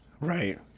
Right